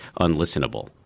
unlistenable